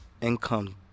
income